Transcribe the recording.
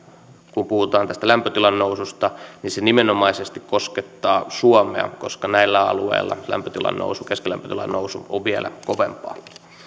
kun puhutaan tästä lämpötilan noususta niin se nimenomaisesti koskettaa suomea koska näillä alueilla keskilämpötilan nousu on vielä kovempaa